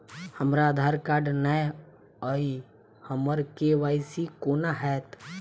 हमरा आधार कार्ड नै अई हम्मर के.वाई.सी कोना हैत?